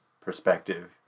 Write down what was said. perspective